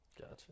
Gotcha